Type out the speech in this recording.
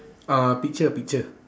uh picture picture